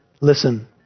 Listen